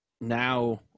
now